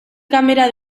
kamera